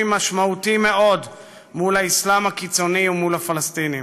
משמעותי מול האסלאם הקיצוני ומול הפלסטינים.